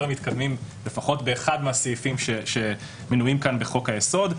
מתקדמים לפחות באחד מהסעיפים שמנויים כאן בחוק היסוד.